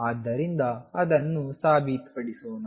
ಆದ್ದರಿಂದ ಅದನ್ನು ಸಾಬೀತುಪಡಿಸೋಣ